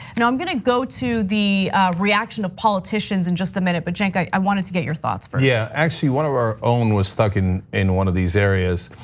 and i'm gonna go to the reaction of politicians in just a minute, but cenk, i wanted to get your thoughts first. yeah, actually, one of our own was stuck in in one of these areas.